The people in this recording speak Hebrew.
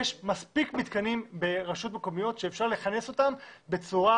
יש מספיק מתקנים ברשויות מקומיות שאפשר לכנס אותם שם בצורה